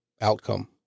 outcome